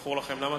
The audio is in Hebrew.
כזכור לכם.